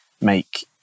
make